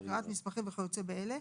הקראת מסמכים וכיוצא באלה,